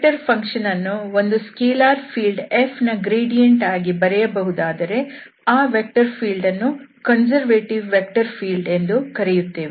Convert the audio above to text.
vector function ಅನ್ನು ಒಂದು scalar field f ನ ಗ್ರೇಡಿಯಂಟ್ ಆಗಿ ಬರೆಯಬಹುದಾದರೆ ಆ ವೆಕ್ಟರ್ ಫೀಲ್ಡ್ ಅನ್ನು ಕನ್ಸರ್ವೇಟಿವ್ ವೆಕ್ಟರ್ ಫೀಲ್ಡ್ ಎಂದು ಕರೆಯುತ್ತೇವೆ